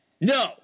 No